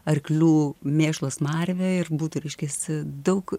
arklių mėšlo smarvė ir būtų reiškiasi